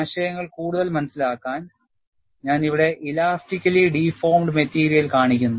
ആശയങ്ങൾ കൂടുതൽ മനസിലാക്കാൻ ഞാൻ ഇവിടെ ഇലാസ്റ്റിക്കലി ഡിഫോർമഡ് മെറ്റീരിയൽ കാണിക്കുന്നു